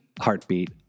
Heartbeat